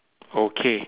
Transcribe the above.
okay